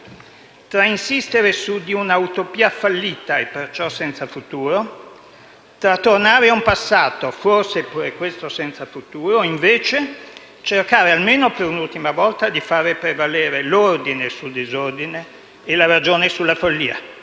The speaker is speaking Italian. tra insistere su di una utopia fallita e perciò senza futuro o tornare ad un passato forse pure questo senza futuro, occorre invece cercare, almeno per un'ultima volta, di far prevalere l'ordine sul disordine e la ragione sulla follia.